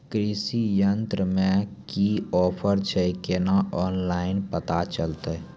कृषि यंत्र मे की ऑफर छै केना ऑनलाइन पता चलतै?